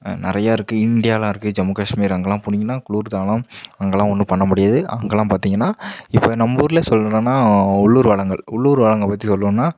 நிறையா இருக்கு இண்டியா எல்லாம் இருக்கு ஜம்மு காஷ்மீர் அங்கேல்லாம் போனீங்கன்னா குளுர்ஜாலம் அங்கேல்லாம் ஒன்றும் பண்ண முடியாது அங்கேல்லாம் பார்த்தீங்கன்னா இப்போ நம்ப ஊரில் சொல்லுறன்னா உள்ளூர் வளங்கள் உள்ளூர் வளங்கள் பற்றி சொல்லுன்னா